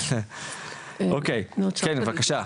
אוקי, כן בבקשה.